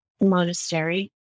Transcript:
monastery